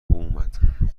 اومد